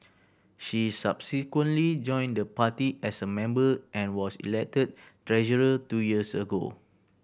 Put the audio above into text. she subsequently joined the party as a member and was elected treasurer two years ago